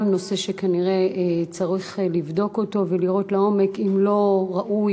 גם זה נושא שכנראה צריך לבדוק לעומק ולראות אם לא ראוי